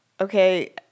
okay